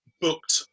booked